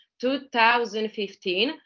2015